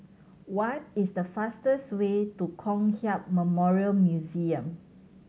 what is the fastest way to Kong Hiap Memorial Museum